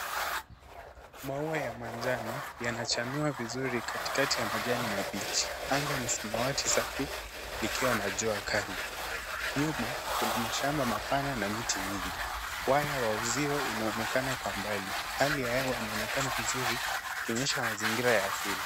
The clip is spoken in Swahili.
Maua ya manjano yanachanua vizuri katikati ya majani mabichi. Anga ni samawati safi likiwa na jua kali. Nyuma, kuna mashamba mapana na miti mingi. Waya wa uzio unaonekana kwa mbali. Hali ya hewa inaonekana nzuri ikionyesha mazingira ya asili.